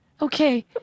Okay